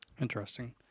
Interesting